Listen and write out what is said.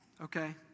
okay